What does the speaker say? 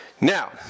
Now